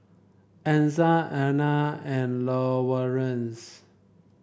Ezzard Ana and Lawerence